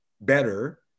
better